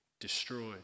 destroyed